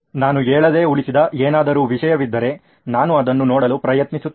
ನಾನು ಹೇಳದೆ ಉಳಿಸಿದ ಏನಾದರೂ ವಿಷಯವಿದ್ದರೆ ನಾನು ಅದನ್ನು ನೋಡಲು ಪ್ರಯತ್ನಿಸುತ್ತಿದ್ದೇನೆ